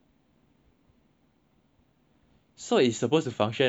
so it's suppose to function as a translator